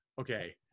okay